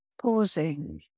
Pausing